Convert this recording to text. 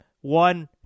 one